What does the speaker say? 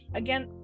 again